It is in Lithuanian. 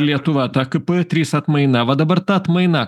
lietuva ta kp trys atmaina va dabar ta atmaina